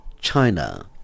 China